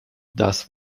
das